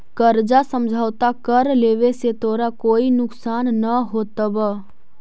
कर्जा समझौता कर लेवे से तोरा कोई नुकसान न होतवऽ